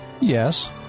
Yes